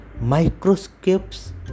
Microscopes